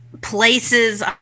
places